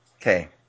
Okay